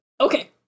okay